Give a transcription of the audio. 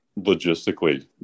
logistically